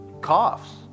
coughs